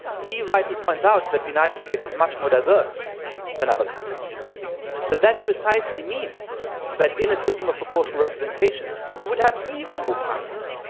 lee rightly points out that the united states is much more diverse than other countries. but that precisely means that in a system of proportional representation, we would have even more parties,